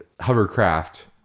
hovercraft